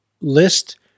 list